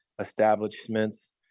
establishments